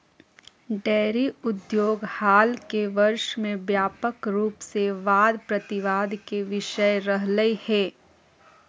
dairy उद्योग हाल के वर्ष में व्यापक रूप से वाद प्रतिवाद के विषय रहलय हें